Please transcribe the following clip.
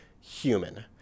human